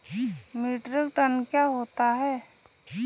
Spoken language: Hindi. मीट्रिक टन क्या होता है?